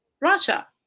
Russia